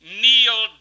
kneel